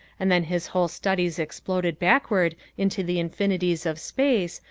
and then his whole studies exploded backward into the infinities of space,